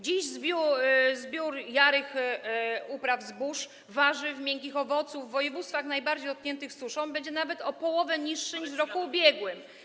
Dziś zbiór jarych upraw zbóż, warzyw, miękkich owoców w województwach najbardziej dotkniętych suszą będzie nawet o połowę niższy niż w roku ubiegłym.